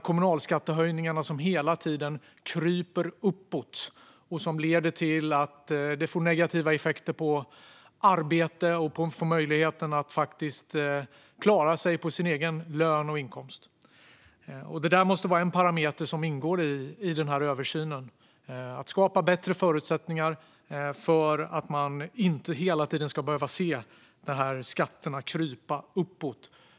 Kommunalskatterna kryper hela tiden uppåt och får negativa effekter på arbete och på möjligheten att klara sig på sin egen lön och inkomst. Detta måste vara en parameter som ingår i översynen. Man måste skapa bättre förutsättningar för att inte behöva se skatterna krypa uppåt hela tiden.